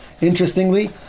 interestingly